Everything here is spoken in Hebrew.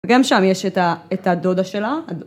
גם שם יש את הדודה שלה.